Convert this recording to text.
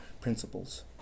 principles